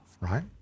right